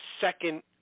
second